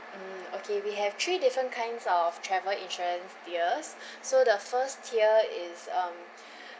mm okay we have three different kinds of travel insurance tiers so the first tier is um